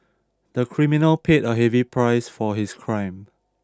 the criminal paid a heavy price for his crime